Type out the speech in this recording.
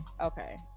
okay